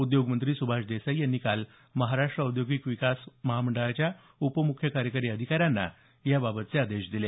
उद्योग मंत्री सुभाष देसाई यांनी काल महाराष्ट्र औद्योगिक विकास महामंडळाच्या उपम्ख्य कार्यकारी अधिकाऱ्यांना याबाबतचे आदेश दिले